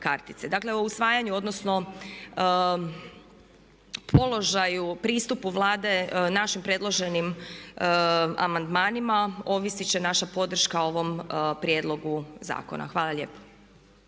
Dakle, u usvajanju, odnosno položaju, pristupu Vlade našim predloženim amandmanima ovisit će naša podrška ovom prijedlogu zakona. Hvala lijepo.